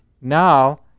now